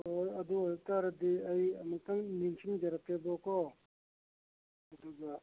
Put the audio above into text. ꯑꯣ ꯑꯗꯨ ꯑꯣꯏꯇꯥꯔꯗꯤ ꯑꯩ ꯑꯃꯨꯛꯇꯪ ꯅꯤꯡꯁꯤꯡꯖꯔꯛꯀꯦꯕꯀꯣ ꯑꯗꯨꯒ